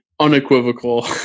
Unequivocal